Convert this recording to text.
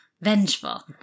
vengeful